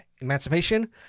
Emancipation